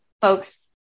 folks